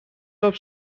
off